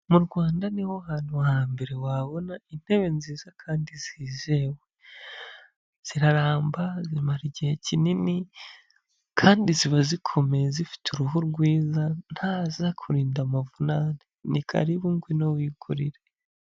Mu Rwanda niho hantu hambere wabona intebe nziza kandi zizewe. Ziraramba zimara igihe kinini kandi ziba zikomeye zifite uruhu rwiza ntaza kurinda amavunane ni karibu ngwino wigure.